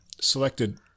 selected